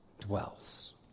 dwells